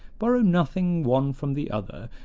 borrow nothing one from the other,